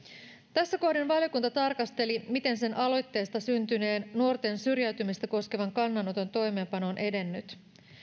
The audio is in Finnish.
tässä kohden valiokunta tarkasteli miten sen aloitteesta syntyneen nuorten syrjäytymistä koskevan kannanoton toimeenpano on edennyt